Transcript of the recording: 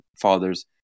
Fathers